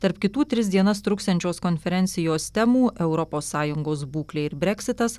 tarp kitų tris dienas truksiančios konferencijos temų europos sąjungos būklė ir breksitas